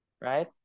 right